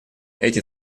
эти